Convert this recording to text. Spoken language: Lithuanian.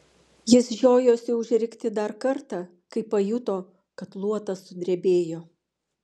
jis žiojosi užrikti dar kartą kai pajuto kad luotas sudrebėjo